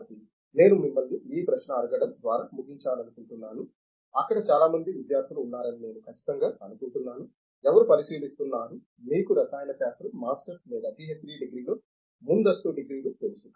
కాబట్టి నేను మిమ్మల్ని ఈ ప్రశ్న అడగడం ద్వారా ముగించాలనుకుంటున్నాను అక్కడ చాలా మంది విద్యార్థులు ఉన్నారని నేను ఖచ్చితంగా అనుకుంటున్నాను ఎవరు పరిశీలిస్తున్నారు మీకు రసాయన శాస్త్రం మాస్టర్స్ డిగ్రీ లేదా పిహెచ్డి డిగ్రీలో ముందస్తు డిగ్రీలు తెలుసు